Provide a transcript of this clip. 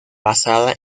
basada